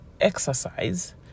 exercise